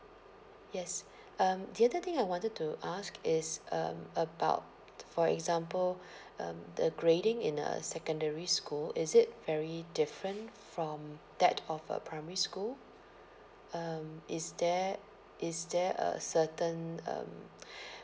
yes um the other thing I wanted to ask is um about for example um the grading in a secondary school is it very different from that of a primary school um is there is there a certain um